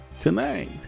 Tonight